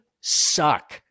suck